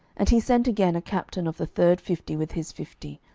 and he sent again a captain of the third fifty with his fifty.